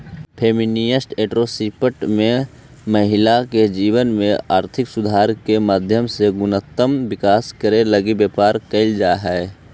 feminist entrepreneurship में महिला के जीवन में आर्थिक सुधार के माध्यम से गुणात्मक विकास करे लगी व्यापार कईल जईत हई